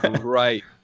Right